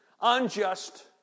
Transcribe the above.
unjust